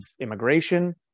immigration